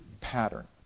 Pattern